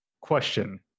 question